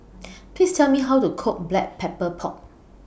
Please Tell Me How to Cook Black Pepper Pork